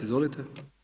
Izvolite.